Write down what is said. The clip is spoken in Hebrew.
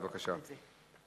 אז בבקשה.